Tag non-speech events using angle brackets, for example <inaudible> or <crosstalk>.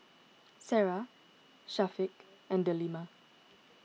Sarah <noise> Syafiq and Delima